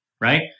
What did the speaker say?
right